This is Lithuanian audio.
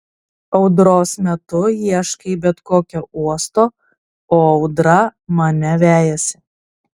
audros metu ieškai bet kokio uosto o audra mane vejasi